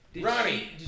Ronnie